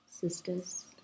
sisters